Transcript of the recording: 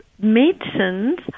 medicines